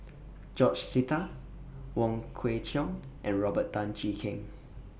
George Sita Wong Kwei Cheong and Robert Tan Jee Keng